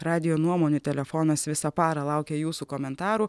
radijo nuomonių telefonas visą parą laukia jūsų komentarų